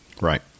Right